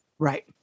Right